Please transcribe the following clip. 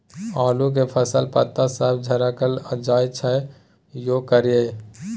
आलू के फसल में पता सब झरकल जाय छै यो की करियैई?